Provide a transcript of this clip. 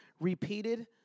repeated